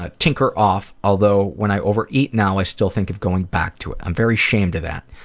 ah tinker off, although when i overeat now i still think of going back to it. i'm very ashamed of that.